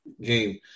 game